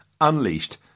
unleashed